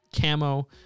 camo